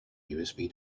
usb